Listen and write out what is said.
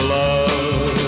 love